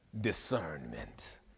discernment